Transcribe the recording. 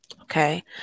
okay